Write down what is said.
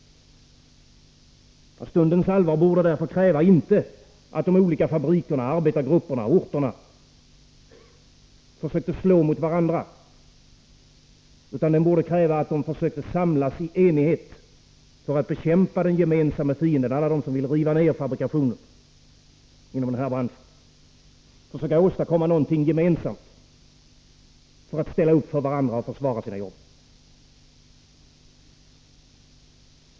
Stundens allvar Förlängning av borde därför kräva — inte att de olika fabrikerna, arbetargrupperna och drifttiden för Eisers orterna försöker slå mot varandra utan att de försöker samlas i enighet för att i Borås, m.m. bekämpa den gemensamma fienden, dvs. alla de som vill riva ned fabrikationen inom branschen, och för att försöka åstadkomma någonting gemensamt, ställa upp för varandra och försvara sina jobb.